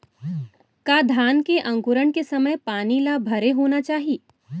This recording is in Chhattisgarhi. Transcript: का धान के अंकुरण के समय पानी ल भरे होना चाही?